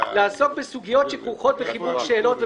-- לעסוק בסוגיות שכרוכות בחיבור שאלות ובדיקתן.